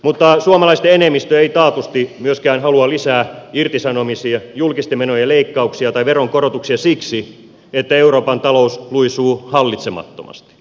mutta suomalaisten enemmistö ei taatusti myöskään halua lisää irtisanomisia julkisten menojen leikkauksia tai veronkorotuksia siksi että euroopan talous luisuu hallitsemattomasti